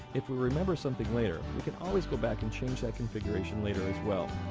if we remember something later, we could always go back and change that configuration later as well.